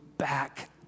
back